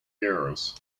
euros